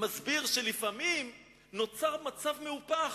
מסביר שלפעמים נוצר מצב מהופך,